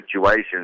situations